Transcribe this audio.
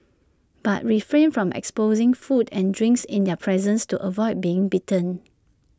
but refrain from exposing food and drinks in their presence to avoid being bitten